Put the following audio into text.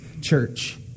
church